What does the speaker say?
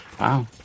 Wow